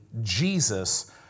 Jesus